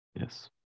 Yes